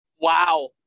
Wow